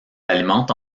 alimente